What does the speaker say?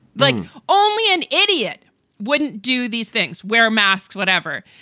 like only an idiot wouldn't do these things. wear a mask. whatever.